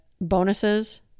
bonuses